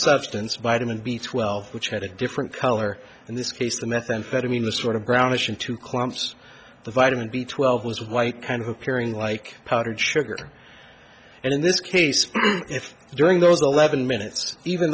substance vitamin b twelve which had a different color in this case the methamphetamine the sort of brownish into clumps the vitamin b twelve was white kind who carrying like powdered sugar and in this case if during those eleven minutes even